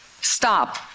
stop